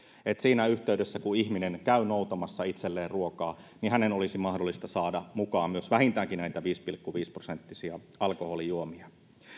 että siinä yhteydessä kun ihminen käy noutamassa itselleen ruokaa hänen olisi mahdollista saada mukaan myös vähintäänkin näitä viisi pilkku viisi prosenttisia alkoholijuomia